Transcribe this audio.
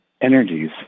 energies